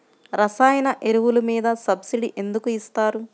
రసాయన ఎరువులు మీద సబ్సిడీ ఎందుకు ఇస్తారు?